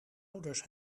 ouders